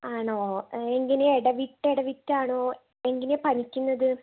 ആണോ എങ്ങനെയാണ് ഇടവിട്ട് ഇടവിട്ടാണോ എങ്ങനെയാണ് പനിക്കുന്നത്